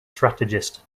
strategist